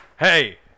hey